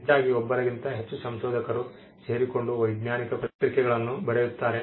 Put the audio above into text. ಹೆಚ್ಚಾಗಿ ಒಬ್ಬರಿಗಿಂತ ಹೆಚ್ಚು ಸಂಶೋಧಕರು ಸೇರಿಕೊಂಡು ವೈಜ್ಞಾನಿಕ ಪತ್ರಿಕೆಗಳನ್ನು ಬರೆಯುತ್ತಾರೆ